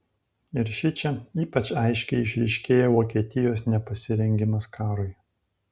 ir šičia ypač aiškiai išryškėjo vokietijos nepasirengimas karui